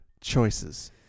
choices